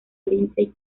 lindsay